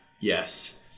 yes